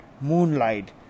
moonlight